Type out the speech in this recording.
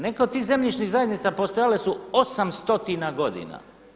Neke od tih zemljišnih zajednica postojale su 800 godina.